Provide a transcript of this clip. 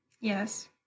yes